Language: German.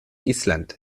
island